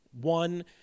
One